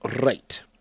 Right